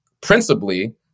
principally